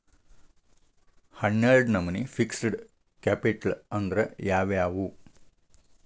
ಹನ್ನೆರ್ಡ್ ನಮ್ನಿ fixed capital ಅಂದ್ರ ಯಾವವ್ಯಾವು?